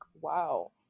wow